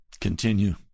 continue